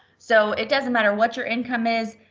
so it doesn't matter what your income is,